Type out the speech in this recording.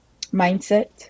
mindset